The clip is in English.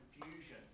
confusion